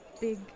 Big